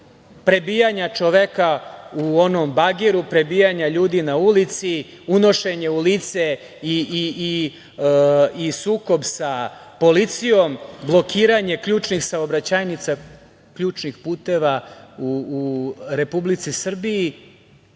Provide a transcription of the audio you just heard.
prebijanje čoveka u onom bageru, prebijanje ljudi na ulici, unošenje u lice i sukob sa policijom, blokiranje ključnih saobraćajnica, ključnih puteva u Republici Srbiji,